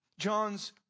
John's